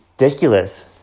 ridiculous